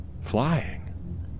flying